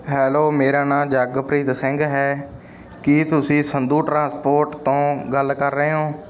hello ਮੇਰਾ ਨਾਂ ਜਗਪ੍ਰੀਤ ਸਿੰਘ ਹੈ ਕੀ ਤੁਸੀਂ ਸੰਧੂ ਟਰਾਂਸਪੋਰਟ ਤੋਂ ਗੱਲ ਕਰ ਰਹੇ ਹੋ